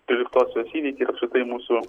tryliktosios įvykiai ir apskritai mūsų